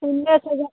ऊन्ने से जाए